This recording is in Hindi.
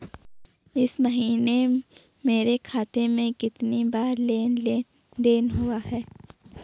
इस महीने मेरे खाते में कितनी बार लेन लेन देन हुआ है?